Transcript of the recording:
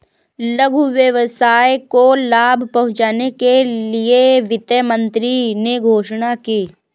लघु व्यवसाय को लाभ पहुँचने के लिए वित्त मंत्री ने घोषणा की